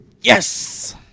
Yes